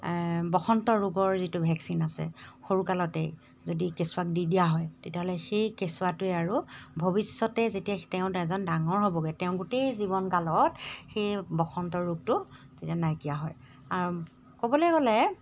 বসন্ত ৰোগৰ যিটো ভেকচিন আছে সৰুকালতেই যদি কেঁচুৱাক দি দিয়া হয় তেতিয়াহ'লে সেই কেঁচুৱাটোৱে আৰু ভৱিষ্যতে যেতিয়া তেওঁ এজন ডাঙৰ হ'বগৈ তেওঁ গোটেই জীৱনকালত সেই বসন্ত ৰোগটো তেতিয়া নাইকিয়া হয় আৰু ক'বলৈ গ'লে